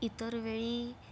इतर वेळी